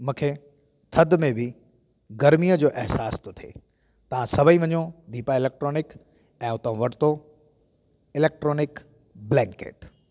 मूंखे थधि में बि गर्मीअ जो अहिसास थो थि तव्हां सभेई वञो दीपा इलेक्ट्रॉनिक ऐं उतां वरितो इलेक्ट्रॉनिक ब्लेंकेट